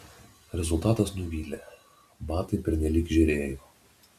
rezultatas nuvylė batai pernelyg žėrėjo